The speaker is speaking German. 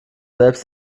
selbst